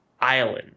Island